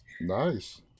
Nice